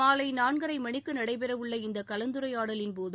மாலை நான்கரை மணிக்கு நடைபெற உள்ள இந்த கலந்துரையாடலின்போது